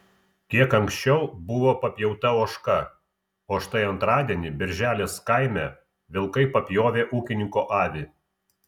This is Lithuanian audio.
kiek anksčiau buvo papjauta ožka o štai antradienį berželės kaime vilkai papjovė ūkininko avį